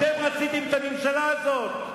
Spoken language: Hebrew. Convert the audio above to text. אתם רציתם את הממשלה הזאת,